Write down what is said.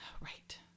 Right